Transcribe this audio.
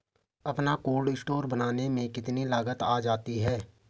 अपना cold store बनाने में कितनी लागत आ जाती है?